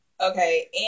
Okay